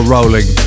rolling